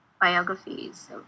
biographies